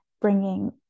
bringing